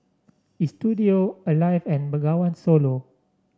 Istudio Alive and Bengawan Solo